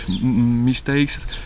mistakes